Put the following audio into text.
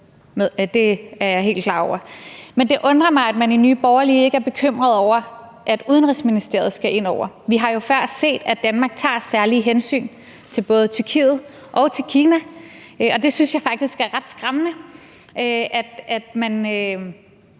det er jeg helt klar over. Men det undrer mig, at man i Nye Borgerlige ikke er bekymret over, at Udenrigsministeriet skal ind over. Vi har jo før set, at Danmark tager særlige hensyn til både Tyrkiet og Kina, og jeg synes faktisk, det er ret skræmmende, at man